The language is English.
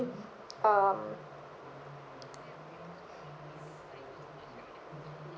um